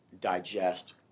digest